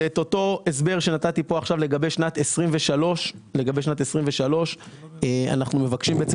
זה את אותו הסבר שנתתי פה עכשיו לגבי שנת 23'. אנחנו מבקשים בעצם